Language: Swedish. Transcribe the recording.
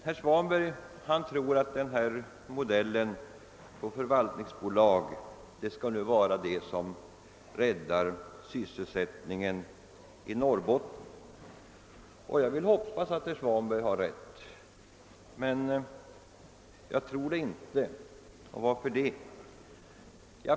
Herr Svanberg tror att förvaltningsbolaget skall rädda sysselsättningen i Norrbotten. Jag vill hoppas att herr Svanberg har rätt, men jag tror det inte.